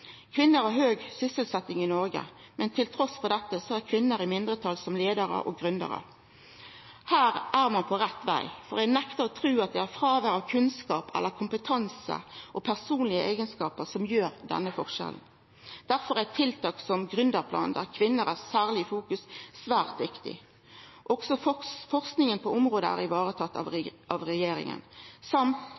kvinner i Noreg, men trass det er kvinner i mindretal som leiarar og gründerar. Her er ein på rett veg, for eg nektar å tru at det er fråvær av kunnskap, kompetanse eller personlege eigenskapar som forklarar denne forskjellen. Difor er tiltak som gründerplanen, der det særleg blir fokusert på kvinner, svært viktig. Også forskinga på området er varetatt av regjeringa. Regjeringa vil også ta initiativ til eit utgreiingsprogram som